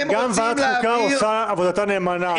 גם ועדת חוקה עושה את עבודתה נאמנה.